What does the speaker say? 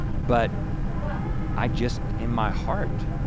but i just in my heart,